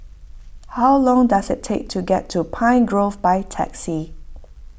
how long does it take to get to Pine Grove by taxi